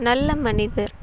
நல்ல மனிதர்